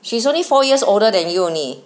she's only four years older than you only